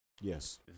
yes